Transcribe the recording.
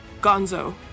Gonzo